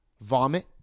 vomit